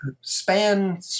span